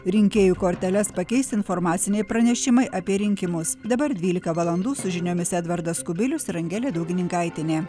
rinkėjų korteles pakeis informaciniai pranešimai apie rinkimus dabar dvylika valandų su žiniomis edvardas kubilius ir angelė daugininkaitienė